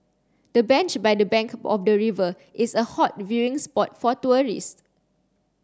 the bench by the bank of the river is a hot viewing spot for tourists